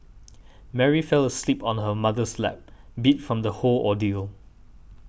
Mary fell asleep on her mother's lap beat from the whole ordeal